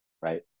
right